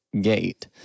Gate